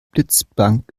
blitzblank